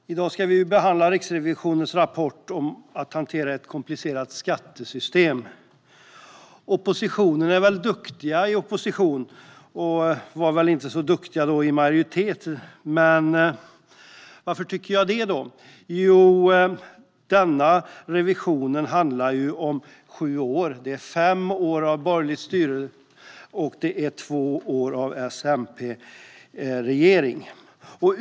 Herr talman! I dag ska vi behandla Riksrevisionens rapport om att hantera ett komplicerat skattesystem. Oppositionen är väl duktiga i opposition men var väl inte så duktiga i majoritet. Varför tycker jag det? Jo, denna revision handlar om sju år, fem år med borgerligt styre och två år med S-MP-regering.